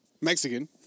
Mexican